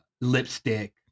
lipstick